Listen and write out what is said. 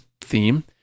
theme